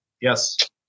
Yes